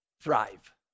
thrive